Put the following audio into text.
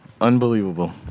unbelievable